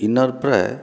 ଇନ୍ନର ପ୍ରାୟ